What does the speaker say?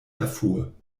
erfuhr